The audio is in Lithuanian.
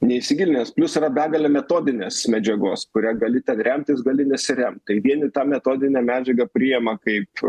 neįsigilinęs plius yra begalė metodinės medžiagos kuria gali ten remtis gali nesiremt tai vieni tą metodinę medžiagą priima kaip